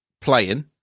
playing